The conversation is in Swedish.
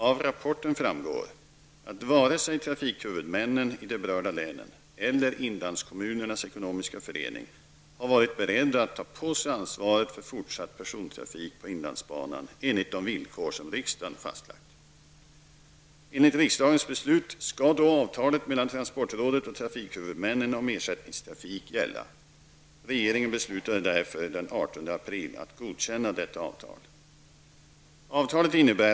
Av rapporten framgår att varken trafikhuvudmännen i de berörda länen eller Regeringen beslutade därför den 18 april att godkänna detta avtal.